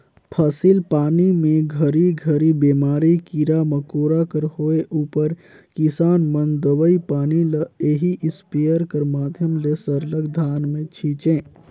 फसिल पानी मे घरी घरी बेमारी, कीरा मकोरा कर होए उपर किसान मन दवई पानी ल एही इस्पेयर कर माध्यम ले सरलग धान मे छीचे